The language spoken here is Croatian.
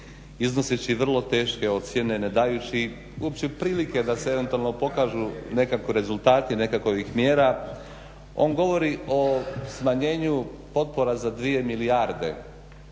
iznoseći vrlo teške ocjene, ne dajući uopće prilike da se eventualno pokažu nekako rezultati nekakvih mjera. On govori o smanjenju potpora za 2 milijarde,